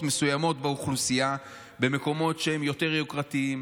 מסוימות באוכלוסייה במקומות יותר יוקרתיים,